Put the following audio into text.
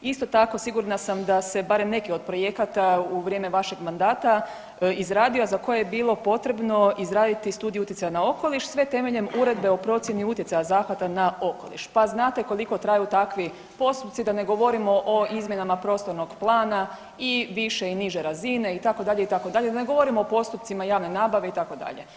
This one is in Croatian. Isto tako sigurna sam da se barem neki od projekata u vrijeme vašeg mandata izradio za koje je bilo potrebno izraditi studiju utjecaja na okoliš sve temeljem Uredbe o procjeni utjecaja zahvata na okoliš, pa znate koliko traju takvi postupci da ne govorimo o izmjenama prostornog plana i više i niže razine itd., itd., da ne govorimo o postupcima javne nabave itd.